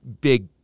big